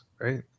right